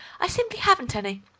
i simply haven't any.